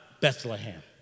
Bethlehem